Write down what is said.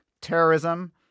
terrorism